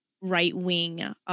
right-wing